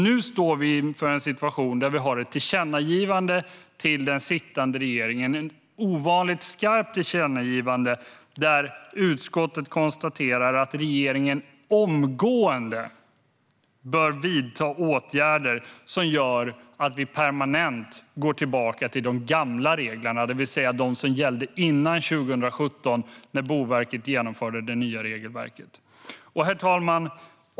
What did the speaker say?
Nu står vi inför en situation där vi har ett ovanligt skarpt tillkännagivande till den sittande regeringen. Utskottet konstaterar att regeringen omgående bör vidta åtgärder som innebär att vi permanent går tillbaka till de gamla reglerna, det vill säga de som gällde före 2017, då Boverket genomförde det nya regelverket. Herr talman!